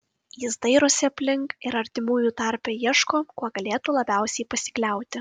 jis dairosi aplink ir artimųjų tarpe ieško kuo galėtų labiausiai pasikliauti